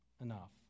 enough